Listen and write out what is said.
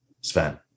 Sven